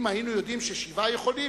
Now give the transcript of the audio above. אם היינו יודעים ששבעה יכולים,